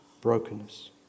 brokenness